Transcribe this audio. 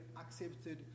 accepted